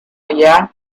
allá